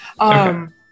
Okay